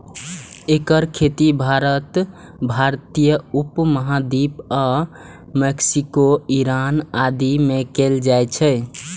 एकर खेती भारत, भारतीय उप महाद्वीप आ मैक्सिको, ईरान आदि मे कैल जाइ छै